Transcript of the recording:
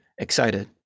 excited